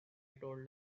told